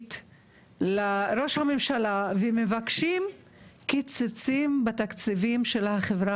רשמית לראש הממשלה ומבקשים קיצוצים בתקציבים של החברה